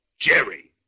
Jerry